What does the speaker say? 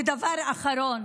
ודבר אחרון,